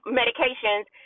medications